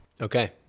Okay